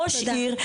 ראש עיר,